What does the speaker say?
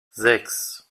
sechs